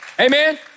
Amen